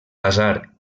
basar